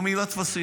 הוא מילא טפסים